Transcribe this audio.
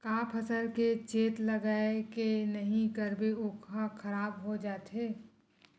का फसल के चेत लगय के नहीं करबे ओहा खराब हो जाथे?